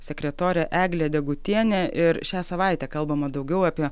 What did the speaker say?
sekretorė eglė degutienė ir šią savaitę kalbama daugiau apie